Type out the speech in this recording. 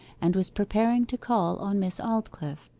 and was preparing to call on miss aldclyffe,